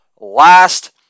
last